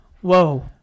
whoa